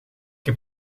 heb